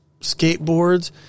skateboards